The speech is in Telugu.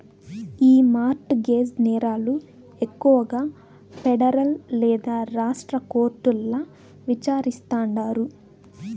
ఈ మార్ట్ గేజ్ నేరాలు ఎక్కువగా పెడరల్ లేదా రాష్ట్ర కోర్టుల్ల విచారిస్తాండారు